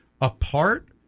apart